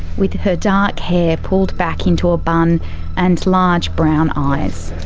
with her dark hair pulled back into a bun and large brown eyes.